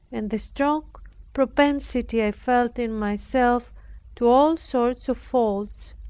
and the strong propensity i felt in myself to all sorts of faults,